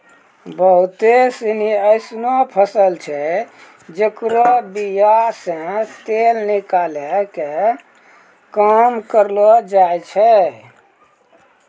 बहुते सिनी एसनो फसल छै जेकरो बीया से तेल निकालै के काम करलो जाय छै